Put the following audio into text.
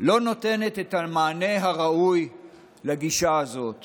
לא נותנת את המענה הראוי לגישה הזאת